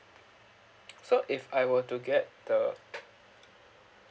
so if I were to get the